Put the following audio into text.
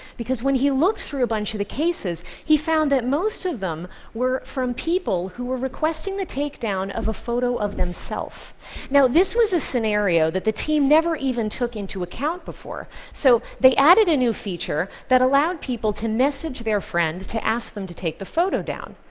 because when he looked through a bunch of the cases, he found that most of them were from people who were requesting the takedown of a photo of themselves. now this was a scenario that the team never even took into account before. so they added a new feature that allowed people to message their friend to ask them to take the photo down.